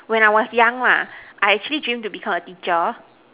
when I was young lah I actually dream to become a teacher